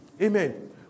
Amen